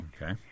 Okay